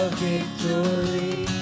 victory